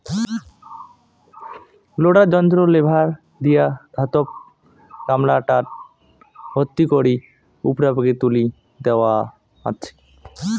loader যন্ত্রর lever দিয়া ধাতব গামলাটা ভর্তি করি উপুরা পাকে তুলি দ্যাওয়া আচে